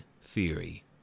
theory